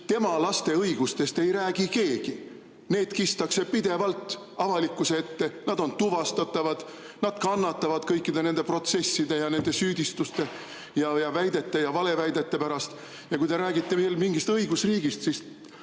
tema laste õigustest ei räägi keegi. Nad kistakse pidevalt avalikkuse ette, nad on tuvastatavad, nad kannatavad kõikide nende protsesside, nende süüdistuste ja valeväidete pärast. Ja kui te räägite mingist õigusriigist, siis